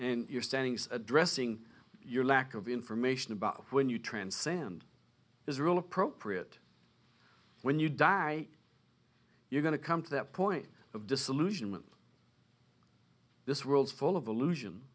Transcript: and your standings addressing your lack of information about when you transcend is really appropriate when you die you're going to come to that point of disillusionment this world full of illusion